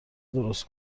درست